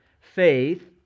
faith